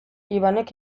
ivanek